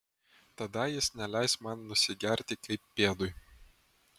tada jis neleis man nusigerti kaip pėdui